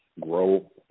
grow